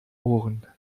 ohren